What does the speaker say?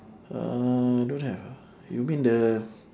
uh don't have ah you mean the